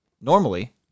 Normally